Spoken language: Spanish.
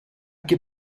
que